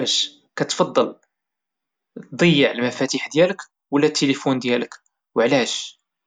واش كتفضل ضيع التيلفون ديالك ولى المفاتيح ديالك او علاش؟